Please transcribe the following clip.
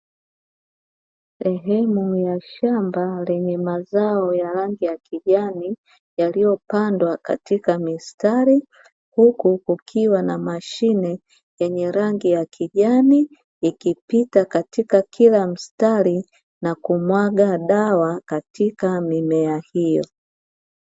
Sehemu ya shamba lenye mazao ya rangi ya kijani, yaliyopandwa katika mistari, huku kukiwa na mashine yenye rangi ya kijani, ikipita katika kila mstari na kumwaga dawa Katika mimea hiyo.